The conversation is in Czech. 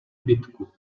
bitku